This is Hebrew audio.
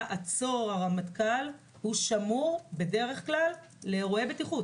"עצור הרמטכ"ל" שמור בדרך כלל לאירועי בטיחות.